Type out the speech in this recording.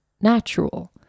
natural